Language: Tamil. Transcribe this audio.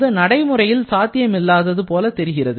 இது நடைமுறையில் சாத்தியமில்லாதது போல தெரிகிறது